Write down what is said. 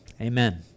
amen